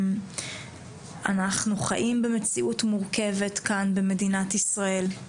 אנחנו חיים במציאות מורכבת כאן במדינת ישראל.